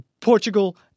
Portugal